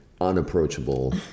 unapproachable